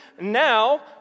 Now